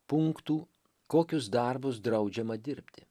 punktų kokius darbus draudžiama dirbti